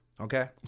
Okay